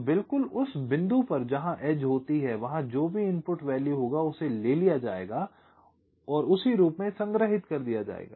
तो बिल्कुल उस बिंदु पर जहां एज होती है वहां जो भी इनपुट वैल्यू होगा उसे ले लिया जायेगा और उसी रूप में संग्रहित कर दिया जायेगा